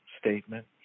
statement